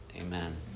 Amen